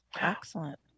Excellent